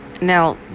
now